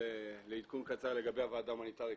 לעדכון קצר לגבי הוועדה ההומניטרית,